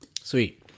Sweet